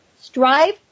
strive